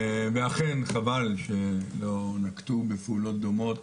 ואכן, חבל שלא נקטו בפעולות דומות